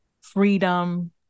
freedom